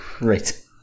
Right